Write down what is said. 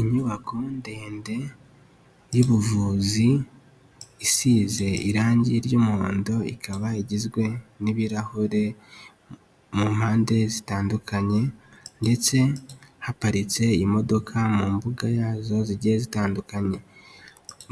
Inyubako ndende y'ubuvuzi isize irangi ry'umuhondo, ikaba igizwe n'ibirahure, mu mpande zitandukanye, ndetse haparitse imodoka, mu mbuga yazo zigiye zitandukanye,